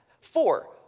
Four